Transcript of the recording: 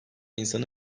insanı